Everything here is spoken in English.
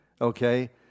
Okay